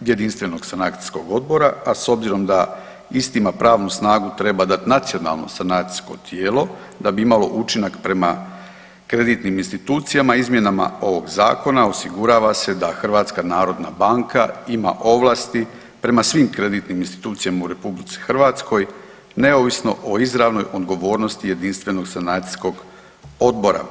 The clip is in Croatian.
jedinstvenog sanacijskog odbora, a s obzirom da isti ima pravnu snagu treba dat Nacionalno sanacijsko tijelo da bi imalo učinak prema kreditnim institucijama izmjenama ovog zakona osigurava se da Hrvatska narodna banka ima ovlasti prema svim kreditnim institucijama u RH neovisno o izravnoj odgovornosti jedinstvenog sanacijskog odbora.